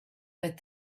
but